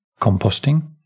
composting